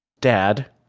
dad